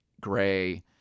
gray